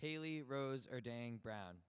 hailey roser dang brown